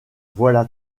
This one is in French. voilà